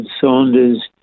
Saunders